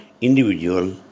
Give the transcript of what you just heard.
individual